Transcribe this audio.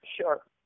sure